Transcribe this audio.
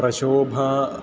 प्रशोभा